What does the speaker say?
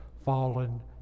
fallen